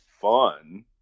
fun